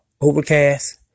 Overcast